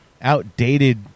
outdated